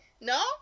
No